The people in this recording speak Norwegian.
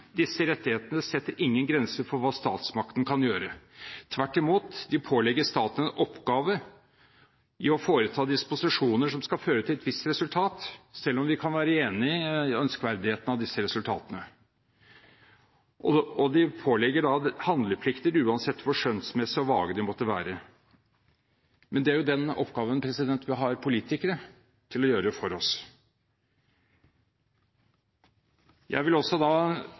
Disse rettighetene setter ingen grense for hva statsmakten kan gjøre. Tvert imot, de pålegger staten en oppgave i å foreta disposisjoner som skal føre til et visst resultat, selv om vi kan være enig i ønskverdigheten av disse resultatene. De pålegger handleplikter uansett hvor skjønnsmessige og vage de måtte være. Men det er jo den oppgaven vi har politikere til å gjøre for oss. Jeg vil også